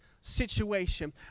situation